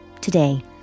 Today